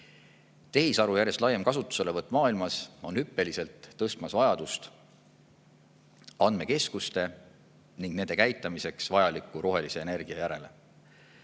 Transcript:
Tehisaru järjest laiem kasutuselevõtt maailmas on hüppeliselt tõstmas vajadust andmekeskuste ning nende käitlemiseks vajaliku rohelise energia järele.